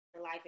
life